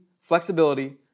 flexibility